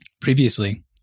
Previously